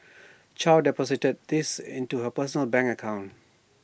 chow deposited these into her personal bank account